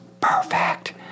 perfect